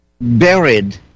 buried